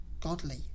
godly